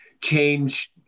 change